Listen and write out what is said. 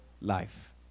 life